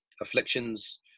afflictions